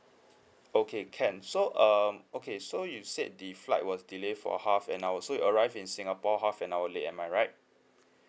okay can so um okay so you said the flight was delayed for half an hour so you arrive in singapore half an hour late am I right